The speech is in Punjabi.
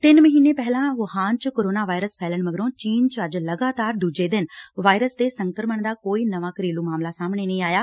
ਤਿੰਨ ਮਹੀਨੇ ਪਹਿਲਾਂ ਵੁਹਾਨ ਚ ਕੋਰੋਨਾ ਵਾਇਰਸ ਫੈਲਣ ਮਗਰੋਂ ਚੀਨ ਚ ਅੱਜ ਲਗਾਤਾਰ ਦੂਜੇ ਦਿਨ ਵਾਇਰਸ ਦੇ ਸੰਕਰਮਣ ਦਾ ਕੋਈ ਨਵਾਂ ਘਰੇਲੂ ਮਾਮਲਾ ਸਾਹਮਣੇ ਨਹੀਂ ਆਇਆ